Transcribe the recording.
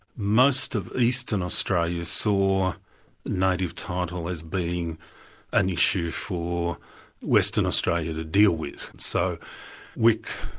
most of eastern australia saw native title as being an issue for western australia to deal with. so wik,